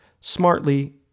smartly